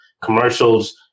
commercials